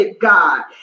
God